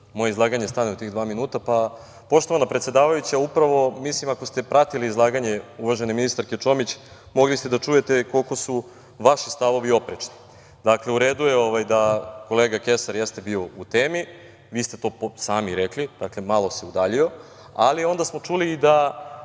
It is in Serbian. moje izlaganje stane u dva minuta. Poštovana predsedavajuća, upravo mislim, ako ste pratili izlaganje uvažene ministarke Čomić, mogli ste da čujete koliko su vaši stavovi oprečni. Dakle, u redu je da kolega Kesar jeste bio u temi, vi ste to sami rekli, dakle, malo se udaljio, ali onda smo čuli da